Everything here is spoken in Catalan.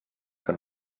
que